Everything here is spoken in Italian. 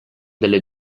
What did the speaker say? delle